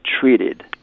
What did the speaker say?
treated